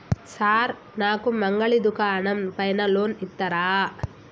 Sir నాకు మంగలి దుకాణం పైన లోన్ ఇత్తరా?